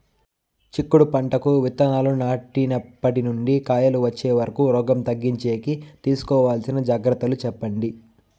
చిక్కుడు పంటకు విత్తనాలు నాటినప్పటి నుండి కాయలు వచ్చే వరకు రోగం తగ్గించేకి తీసుకోవాల్సిన జాగ్రత్తలు చెప్పండి?